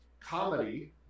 Comedy